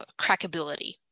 crackability